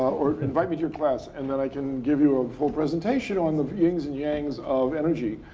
or, invite me to your class and then i can give you a full presentation on the yings and yangs of energy.